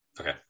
Okay